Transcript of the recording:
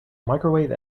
microwave